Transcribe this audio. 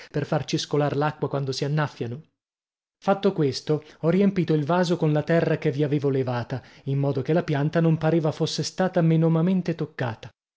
per farci scolar l'acqua quando si annaffiano fatto questo ho riempito il vaso con la terra che vi avevo levata in modo che la pianta non pareva fosse stata menomamente toccata